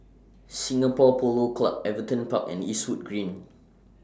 Singapore Polo Club Everton Park and Eastwood Green